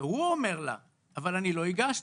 והוא אומר לה: אבל אני לא הגשתי.